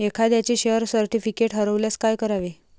एखाद्याचे share certificate हरवल्यास काय करावे?